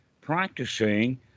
practicing